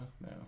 No